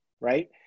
right